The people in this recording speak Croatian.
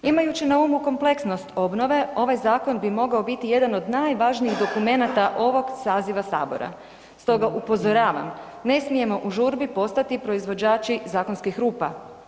Imajući na umu kompleksnost obnove, ovaj zakon bi mogao biti jedan od najvažnijih dokumenata ovog saziva Sabora stoga upozoravam, ne smijemo u žurbi postati proizvođači zakonskih rupa.